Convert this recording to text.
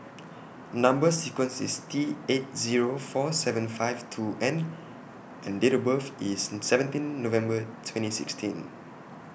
Number sequence IS T eight Zero four seven one five two N and Date of birth IS seventeen November twenty sixteen